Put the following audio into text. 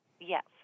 Yes